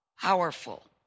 powerful